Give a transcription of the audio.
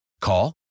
Call